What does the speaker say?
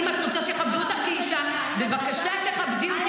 אם את רוצה שיכבדו אותך, כאישה, בבקשה תכבדי אותי.